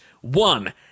One